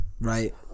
Right